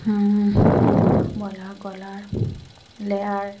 broiler কয়লাৰ layer